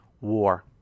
War